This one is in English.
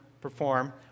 perform